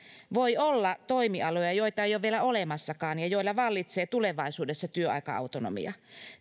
voi olla toimialoja joita ei ole vielä olemassakaan ja joilla vallitsee tulevaisuudessa työaika autonomia